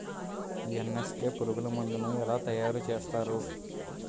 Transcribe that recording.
NSK పురుగు మందు ను ఎలా తయారు చేస్తారు?